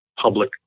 public